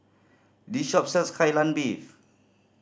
this shop sells Kai Lan Beef